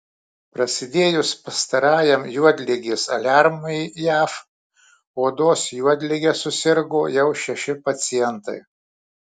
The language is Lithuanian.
prasidėjus pastarajam juodligės aliarmui jav odos juodlige susirgo jau šeši pacientai